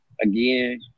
again